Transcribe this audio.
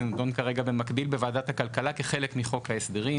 זה נידון כרגע במקביל בוועדת הכלכלה כחלק מחוק ההסדרים.